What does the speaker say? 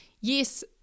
yes